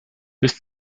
bis